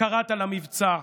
קראת למבצע.